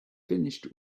finished